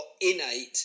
innate